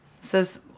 says